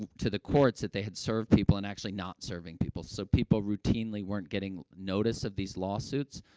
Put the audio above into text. to the courts that they had served people and actually not serving people. so, people routinely weren't getting notice of these lawsuits.